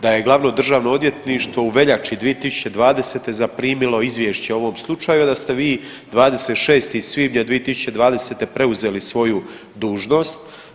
da je glavno državno odvjetništvo u veljači 2020. zaprimilo izvješće o ovom slučaju, a da ste vi 26. svibnja 2020. preuzeli svoju dužnost.